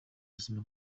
buzima